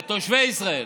לתושבי ישראל.